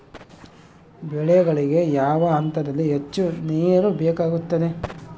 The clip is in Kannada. ಬೆಳೆಗಳಿಗೆ ಯಾವ ಹಂತದಲ್ಲಿ ಹೆಚ್ಚು ನೇರು ಬೇಕಾಗುತ್ತದೆ?